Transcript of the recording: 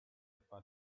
etwa